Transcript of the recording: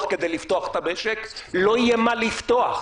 כדי לפתוח את המשק לא יהיה מה לפתוח,